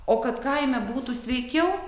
o kad kaime būtų sveikiau